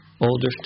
older